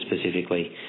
specifically